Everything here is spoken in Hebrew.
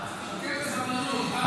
חכה בסבלנות עד סוף השנה, ותשמע.